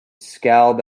scowled